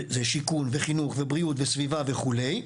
זה שיכון, חינוך, בריאות, סביבה וכולי.